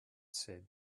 said